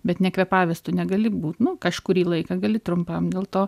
bet nekvėpavęs tu negali būt nu kažkurį laiką gali trumpam dėl to